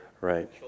Right